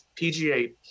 PGA